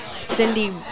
Cindy